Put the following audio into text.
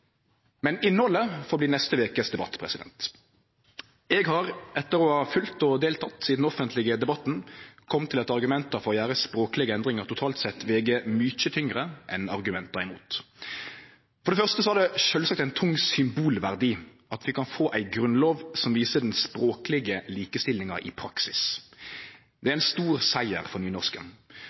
Men innhaldet får bli neste vekes debatt. Eg har – etter å ha følgt og delteke i den offentlege debatten – kome til at argumenta for å gjere språklege endringar totalt sett veg mykje tyngre enn argumenta imot. For det første har det sjølvsagt ein tung symbolverdi at vi kan få ei grunnlov som viser den språklege likestillinga i praksis. Det er ein stor siger for